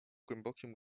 głębokim